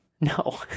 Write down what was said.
no